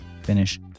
finish